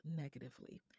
negatively